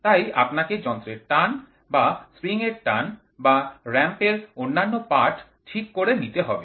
তাই আপনাকে যন্ত্রের টান বা স্প্রিংএর টান বা র্যাম্প এর অন্যান্য পাঠ ঠিক করে নিতে হবে